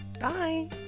bye